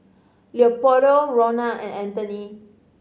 Leopoldo Ronna and Anthoney